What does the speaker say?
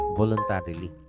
voluntarily